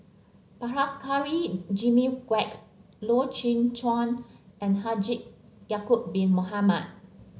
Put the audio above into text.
Prabhakara Jimmy Quek Loy Chye Chuan and Haji Yaacob Bin Mohamed